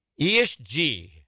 ESG